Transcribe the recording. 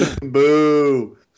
Boo